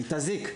היא תזיק.